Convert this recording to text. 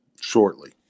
shortly